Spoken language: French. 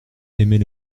aimait